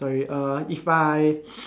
sorry uh if I